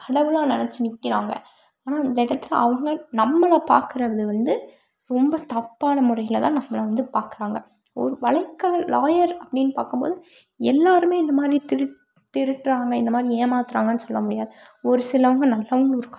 கடவுளாக நெனைச்சி நிற்கிறாங்க ஆனால் அந்த இடத்துல அவங்க நம்மளை பாக்கிற விதம் வந்து ரொம்ப தப்பான முறையில் தான் நம்மளை வந்து பாக்கிறாங்க ஒரு வழக்கு லாயர் அப்டின்னு பார்க்கும்போது எல்லோருமே இந்தமாதிரி திருட்டு திருடுறாங்க இந்தமாதிரி ஏமாத்துகிறாங்கனு சொல்லமுடியாது ஒரு சிலருங்க நல்லவங்களும் இருக்காங்க